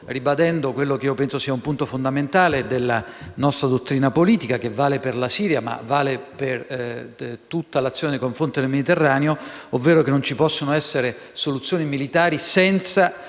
ribadendo quello che penso sia un punto fondamentale della nostra dottrina politica, che vale per la Siria ma per tutta l'azione nei confronti del Mediterraneo, ovvero che non ci possono essere soluzioni militari senza